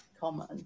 common